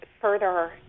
further